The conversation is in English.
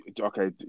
Okay